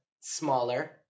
smaller